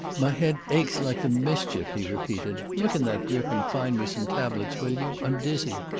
my head aches like the mischief, he repeated. look in that grip and find me some tablets, will you? i'm dizzy.